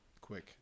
quick